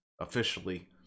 officially